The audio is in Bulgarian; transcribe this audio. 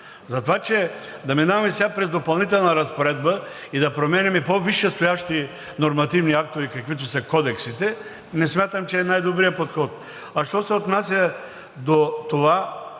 Така че да минаваме сега през Допълнителна разпоредба и да променяме по-висшестоящи нормативни актове, каквито са кодексите, не смятам, че е най-добрият подход. А що се отнася до това